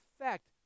effect